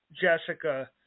Jessica